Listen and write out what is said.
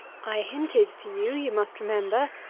i hinted to you, you must remember,